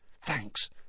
Thanks